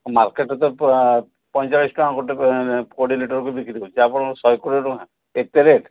ମାର୍କେଟ୍ରେ ତ ପଇଁଚାଳିଶ ଟଙ୍କା ଗୋଟେ କୋଡ଼ିଏ ଲିଟର୍କୁ ବିକ୍ରୀ ହେଉଛି ଆପଣଙ୍କ ଶହେ କୋଡ଼ିଏ ଟଙ୍କା ଏତେ ରେଟ୍